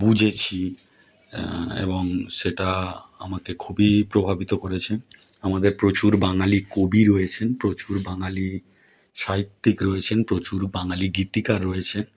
বুঝেছি এবং সেটা আমাকে খুবই প্রভাবিত করেছে আমাদের প্রচুর বাঙালি কবি রয়েছেন প্রচুর বাঙালি সাহিত্যিক রয়েছেন প্রচুর বাঙালি গীতিকার রয়েছেন